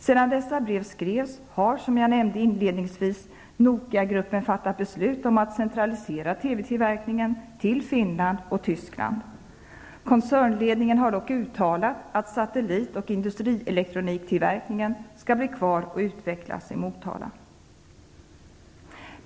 Sedan dessa brev skrevs har, som jag nämnde inledningsvis, Nokia-gruppen fattat beslut om att centralisera TV-tillverkningen till Finland och Tyskland. Koncernledningen har dock uttalat att satellit och industrielektroniktillverkningen skall bli kvar och utvecklas i Motala.